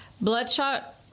bloodshot